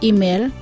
Email